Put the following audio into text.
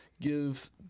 give